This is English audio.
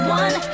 one